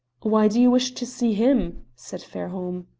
why do you wish to see him? said fairholme.